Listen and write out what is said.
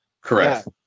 Correct